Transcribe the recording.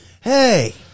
Hey